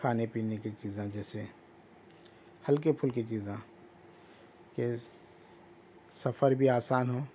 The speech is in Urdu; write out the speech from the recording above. کھانے پینے کی چیزیں جیسے ہلکی پھلکی چیزیں کہ سفر بھی آسان ہو